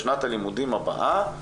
בשנת הלימודים הבאה,